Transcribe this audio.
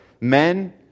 Men